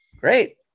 Great